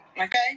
okay